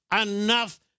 enough